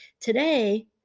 today